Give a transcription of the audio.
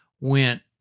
went